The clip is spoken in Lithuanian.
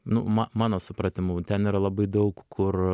nu ma mano supratimu ten yra labai daug kur